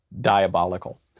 diabolical